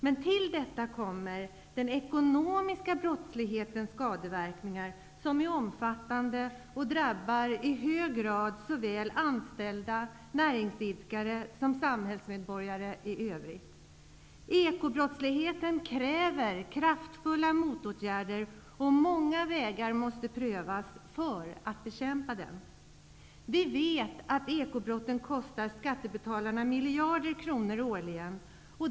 Men till detta kommer den ekonomiska brottslighetens skadeverkningar, som är omfattande och i hög grad drabbar såväl anställda som näringsidkare och samhällsmedborgare i övrigt. Ekobrottsligheten kräver kraftfulla motåtgärder, och många vägar måste prövas för att bekämpa den. Vi vet att ekobrotten kostar skattebetalarna miljarder kronor årligen.